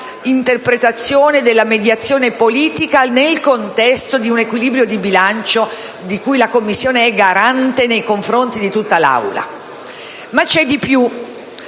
dell'interpretazione e della mediazione politica nel contesto di un equilibrio di bilancio di cui la Commissione è garante nei confronti di tutta l'Aula. Ma c'è di più.